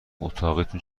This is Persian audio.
اتاقیتون